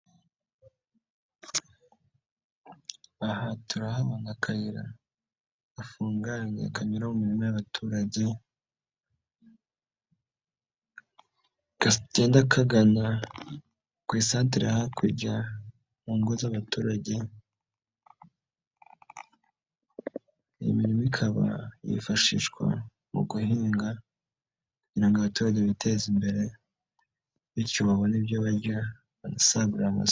Aha turahabona akayira gafungakanyo kunyura mu mirirma y'abaturage, kagenda kagana ku isatera hakurya, mu ngo z'abaturage, iyi imirimo ikaba yifashishwa mu guhinga kugira ngo abaturage biteze imbere bityo babone ibyo barya, banasagure amasoko.